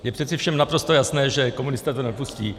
Je přece všem naprosto jasné, že komunisté to nepustí.